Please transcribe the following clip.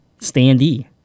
standee